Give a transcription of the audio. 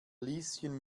lieschen